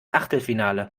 achtelfinale